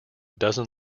dozen